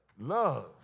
love